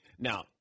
Now